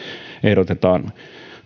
ehdotetaan